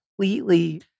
completely